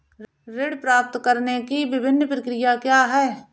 ऋण प्राप्त करने की विभिन्न प्रक्रिया क्या हैं?